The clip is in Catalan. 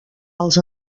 els